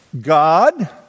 God